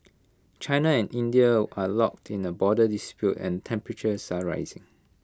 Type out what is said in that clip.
China and India are locked in A border dispute and temperatures are rising